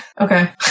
Okay